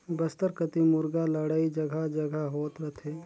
बस्तर कति मुरगा लड़ई जघा जघा होत रथे